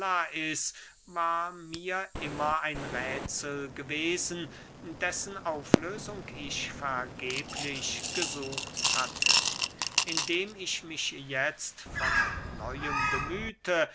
lais war mir immer ein räthsel gewesen dessen auflösung ich vergeblich gesucht hatte indem ich mich jetzt von neuem bemühte